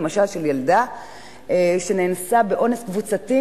למשל של ילדה שנאנסה באונס קבוצתי,